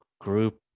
group